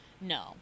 No